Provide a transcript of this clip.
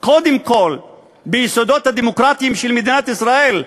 קודם כול ביסודות הדמוקרטיים של מדינת ישראל,